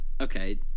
okay